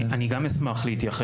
יש פה כללים.